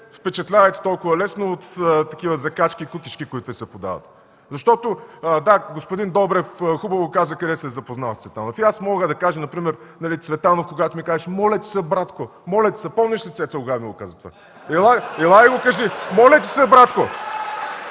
впечатлявайте толкова лесно от такива закачки и кукички, които Ви се поддават. Да, господин Добрев хубаво каза къде се е запознал с Цветанов. И аз мога да кажа например, когато Цветанов ми казваше: „Моля ти се, братко, моля ти се! Помниш ли, Цецо, когато ми го каза това? Ела и го кажи: „Моля ти се, братко!”